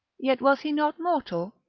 yet was he not mortal?